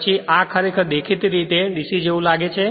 પછી આ ખરેખર દેખીતી રીતે DC જેવું લાગે છે